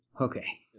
Okay